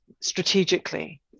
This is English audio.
strategically